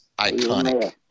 iconic